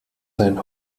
dein